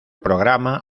programa